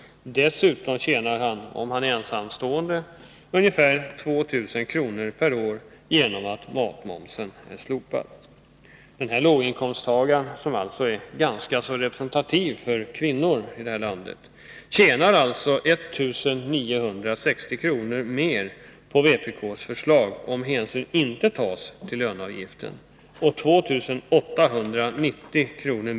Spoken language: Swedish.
Dessutom tjänar han, om han är ensamstående, ca 2000 kr. per år genom att matmomsen är slopad. Denna låginkomsttagare, som alltså är ganska representativ för kvinnorna, tjänar 1 960 kr. mer på vpk:s förslag, om hänsyn inte tas till löneavgiften, och 2 890 kr.